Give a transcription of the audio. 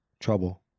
trouble